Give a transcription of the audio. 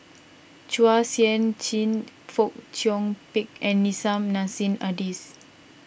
Chua Sian Chin Fong Chong Pik and Nissim Nassim Adis